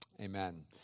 Amen